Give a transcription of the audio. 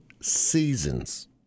seasons